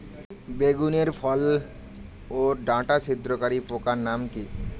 বেগুনের ফল ওর ডাটা ছিদ্রকারী পোকার নাম কি?